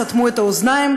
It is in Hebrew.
סתמו את האוזניים,